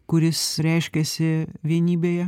kuris reiškiasi vienybėje